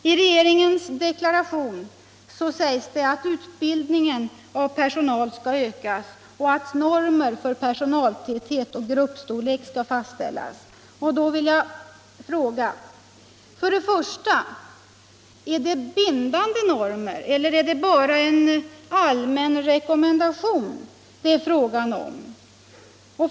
I regeringens deklaration sägs det att utbildningen av personal skall öka och att normer för personaltäthet och gruppstoriek skall fastställas. Då vill jag fråga: 1. Är det bindande normer är eller är det bara en rekommendation det är fråga om?